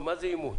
מה זה "אימות"?